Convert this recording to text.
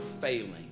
failing